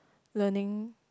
learning